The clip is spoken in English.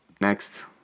Next